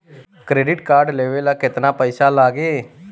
Credit card लेवे ला केतना पइसा लागी?